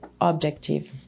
objective